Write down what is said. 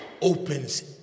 opens